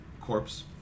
corpse